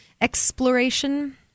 exploration